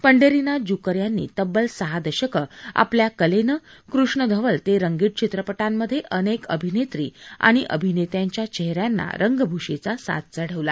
पंढरीनाथ जुकर यांनी तब्बल सहा दशकं आपल्या कलेनं कृष्णधवल ते रंगीत चित्रपटामध्ये अनेक अभिनेत्री आणि अभिनेत्यांच्या चेहऱ्यांना रंगभूषेचा साज चढवला